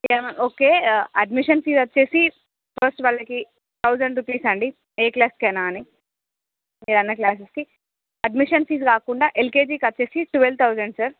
yeah okay admission fees వచ్చి first వాళ్ళకి thousand rupees అండి ఏ క్లాస్ అయిన కానీ ఏదన్నా క్లాసెస్కు అడ్మిషన్ ఫీజు కాకుండా ఎల్కేజీకి వచ్చి ట్వల్వ్ థౌసండ్ సార్